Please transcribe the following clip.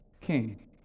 King